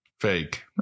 Fake